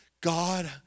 God